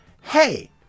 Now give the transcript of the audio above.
Hey